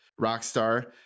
Rockstar